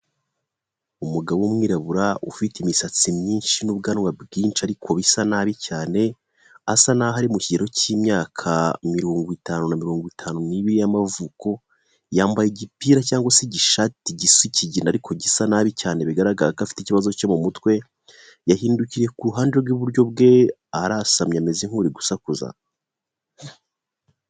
Umugabo w'umwirabura ufite imisatsi myinshi n'ubwanwa bwinshi ariko isa nabi cyane, asa n'aho ari mu kigero cy'imyaka mirongo itanu na mirongo itanu n'ibiri y'amavuko, yambaye igipira cyangwa se igishati gisa ikigina ariko gisa nabi cyane bigaragara ko afite ikibazo cyo mu mutwe, yahindukiye ku ruhande rw'iburyo bwe arasamye ameze nk'uri gusakuza.